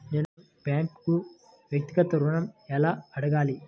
నేను బ్యాంక్ను వ్యక్తిగత ఋణం ఎలా అడగాలి?